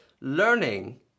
learning